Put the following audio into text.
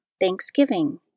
thanksgiving